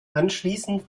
anschließend